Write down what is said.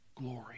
glory